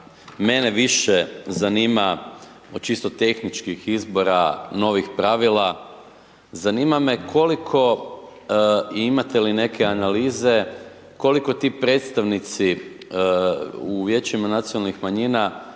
mene više zanima od čisto tehničkih izbora novih pravila, zanima me koliko, imate li neke analize, koliko ti predstavnici u vijećima nacionalnih manjina